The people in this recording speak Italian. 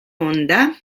onda